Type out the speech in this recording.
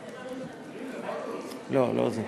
תצביעו בטרומית, אני אאחד את זה בממשלתית.